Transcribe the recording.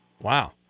Wow